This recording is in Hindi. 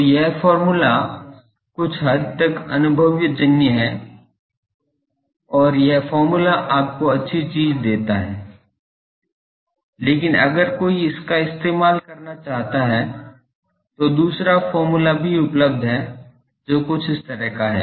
तो यह फॉर्मूला कुछ हद तक अनुभवजन्य है और यह फॉर्मूला आपको अच्छी चीज देता है लेकिन अगर कोई इसका इस्तेमाल करना चाहता है तो दूसरा फॉर्मूला उपलब्ध है जो कुछ इस तरह का है